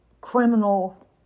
criminal